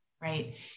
right